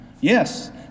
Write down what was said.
Yes